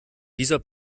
dieser